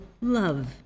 love